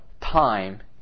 time